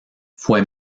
fue